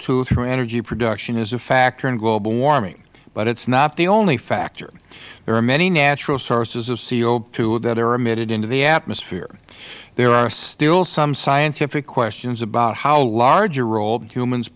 through energy production is a factor in global warming but it is not the only factor there are many natural sources of co that are emitted into the atmosphere there are still some scientific questions about how large a role humans